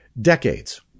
decades